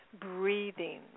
Breathing